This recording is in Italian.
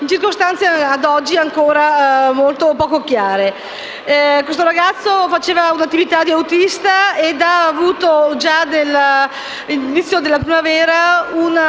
in circostanze a oggi ancora molto poco chiare. Questo ragazzo svolgeva un'attività di autista e all'inizio della primavera